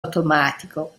automatico